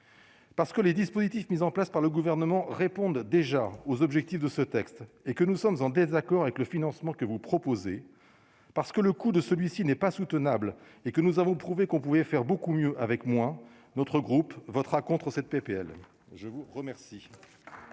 Parce que les dispositifs mis en place par le gouvernement répondent déjà aux objectifs de ce texte et que nous sommes en désaccord avec le financement que vous proposez, parce que le coût de celui-ci n'est pas soutenable et que nous avons prouvé qu'on pouvait faire beaucoup mieux avec moins, notre groupe votera contre cette PPL je vous remercie.